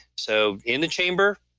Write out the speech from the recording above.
so in the chamber,